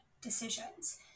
decisions